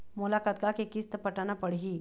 मोला कतका के किस्त पटाना पड़ही?